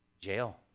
Jail